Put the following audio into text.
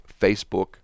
Facebook